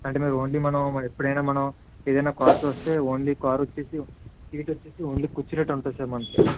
అంటే మీరు ఓన్లీ మనం అంటే ఎప్పుడైనా మనం ఏదైనా కార్స్ వస్తే ఓన్లీ కార్ వచ్చేసి సీట్ వచ్చేసి ఓన్లీ కూర్చునేటట్టు ఉంటుంది సార్ మనకి అంతే